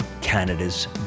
Canada's